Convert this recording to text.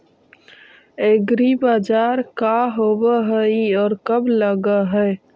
एग्रीबाजार का होब हइ और कब लग है?